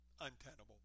untenable